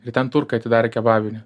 ir ten turkai atidarė kebabinę